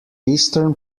eastern